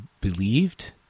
believed